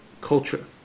culture